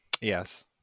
Yes